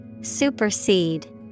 Supersede